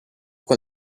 con